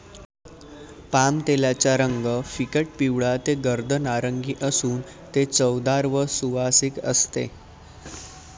पामतेलाचा रंग फिकट पिवळा ते गर्द नारिंगी असून ते चवदार व सुवासिक असते